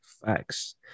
facts